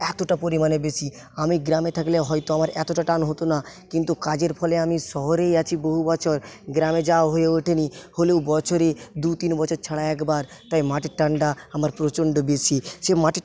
এতটা পরিমাণে বেশি আমি গ্রামে থাকলে হয়তো আমার এতটা টান হতনা কিন্তু কাজের ফলে আমি শহরেই আছি বহু বছর গ্রামে যাওয়া হয়ে ওঠেনি হলেও বছরে দু তিন বছর ছাড়া একবার তাই মাটির টানটা আমার প্রচণ্ড বেশি সেই মাটির